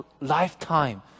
lifetime